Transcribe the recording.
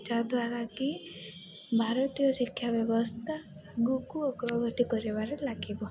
ଯଦ୍ଵାରା କି ଭାରତୀୟ ଶିକ୍ଷା ବ୍ୟବସ୍ଥା ଆଗକୁ ଅଗ୍ରଗତି କରିବାରେ ଲାଗିବ